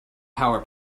power